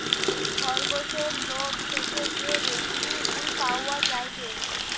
খরগোসের লোম থেকে যে রেশমি উল পাওয়া যায়টে